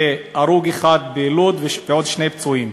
הרוג אחד בלוד ועוד שני פצועים.